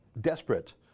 desperate